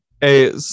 hey